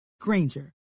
Granger